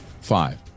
Five